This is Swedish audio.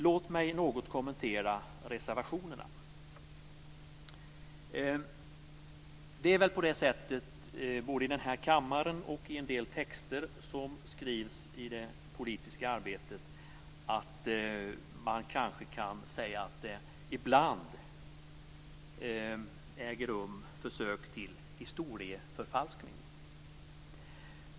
Låt mig något kommentera reservationerna. Det är väl på det sättet både här i kammaren och i en del texter som skrivs i det politiska arbetet att det ibland äger rum försök till historieförfalskning.